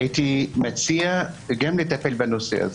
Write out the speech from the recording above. הייתי מציע גם לטפל בנושא.